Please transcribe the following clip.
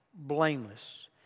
blameless